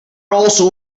also